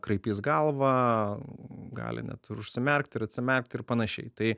kraipys galvą gali net ir užsimerkti ir atsimerkti ir panašiai tai